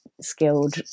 skilled